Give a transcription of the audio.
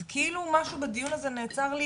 זה כאילו משהו בדיון הזה נעצר לי